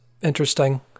interesting